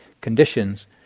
conditions